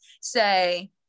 say